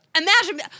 Imagine